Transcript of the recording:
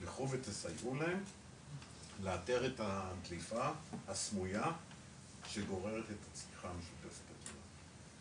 ילכו ויסייעו להם לאתר את הדליפה הסמויה שגוררת את הצריכה המשותפת הזו.